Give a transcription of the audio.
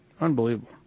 Unbelievable